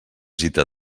gita